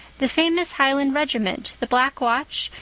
the famous highland regiment, the black watch,